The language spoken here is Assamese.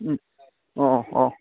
অঁ অঁ অঁ